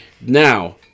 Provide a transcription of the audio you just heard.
Now